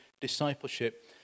discipleship